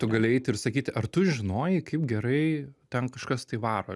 tu gali eit ir sakyti ar tu žinojai kaip gerai ten kažkas tai varo